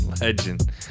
legend